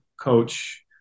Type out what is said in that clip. coach